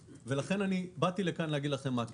ולכן באתי לכאן להגיד לכם מה כן.